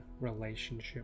relationship